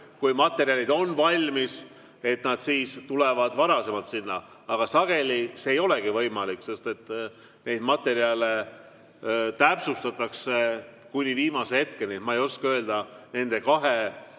kui materjalid on valmis, siis nad tulevad varem sinna. Aga sageli see ei olegi võimalik, sest neid materjale täpsustatakse kuni viimase hetkeni. Ma ei oska öelda, kuidas